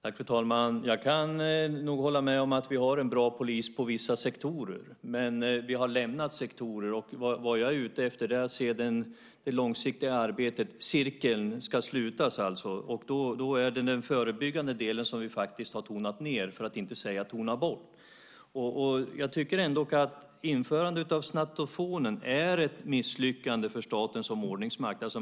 Fru talman! Jag kan nog hålla med om att vi har en bra polis inom vissa sektorer. Men vi har lämnat sektorer. Det jag är ute efter är att se det långsiktiga arbetet. Cirkeln ska slutas alltså. Det är den förebyggande delen som vi faktiskt har tonat ned, för att inte säga tonat bort. Jag tycker ändå att införandet av snattofonen är ett misslyckande för staten som ordningsmakt.